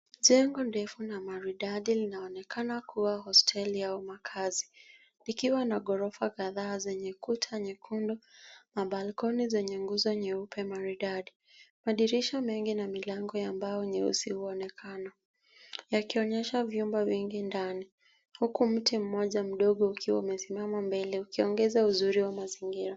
Jengo ndefu na maridadi linaonekana kuwa hosteli au makazi, likwa na ghorofa kadhaa zenye kuta nyekundu na balcony zenye nguzo nyeupe maridadi. Madirisha mengi na milango ya mbao nyeusi huonekana yakionyesha vyumba vingi ndani. Huku mti moja mdogo ukiwa umesimama mbele ukiongeza uzuri wa mazingira.